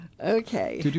Okay. (